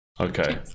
Okay